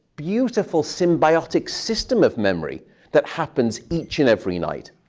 beautiful, symbiotic system of memory that happens each and every night.